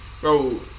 Bro